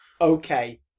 okay